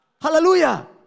Hallelujah